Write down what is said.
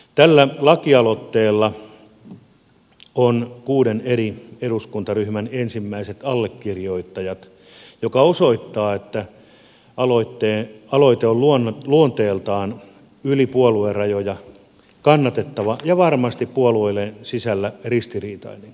tällä lakialoitteella on kuuden eri eduskuntaryhmän ensimmäiset allekirjoittajat mikä osoittaa että aloite on luonteeltaan yli puoluerajojen kannatettava ja se on varmasti puolueiden sisällä ristiriitainenkin